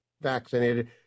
vaccinated